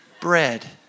Bread